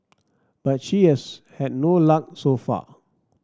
but she has had no luck so far